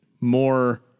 more